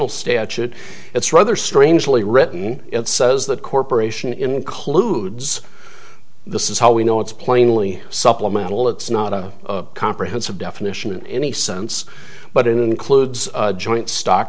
al statute it's rather strangely written it says that corporation includes this is how we know it's plainly supplemental it's not a comprehensive definition in any sense but includes joint stock